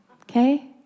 Okay